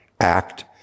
act